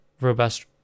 robust